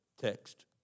text